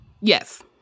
Yes